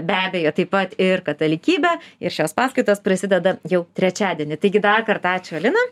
be abejo taip pat ir katalikybę ir šios paskaitos prasideda jau trečiadienį taigi dar kartą ačiū alina